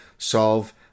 solve